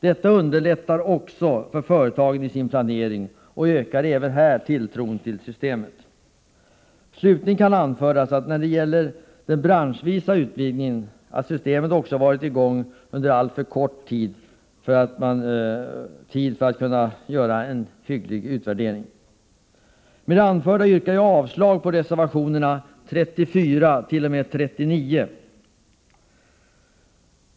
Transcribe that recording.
Detta underlättar också företagens planering och ökar även tilltron till systemet. Slutligen kan man, när det gäller den branschvisa utvidgningen, anföra att systemet har varit i gång under alltför kort tid för att man skall kunna göra en hygglig utvärdering. Med det anförda yrkar jag avslag på reservationerna 34-39.